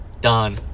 Done